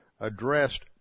addressed